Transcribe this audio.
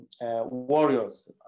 warriors